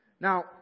Now